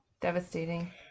devastating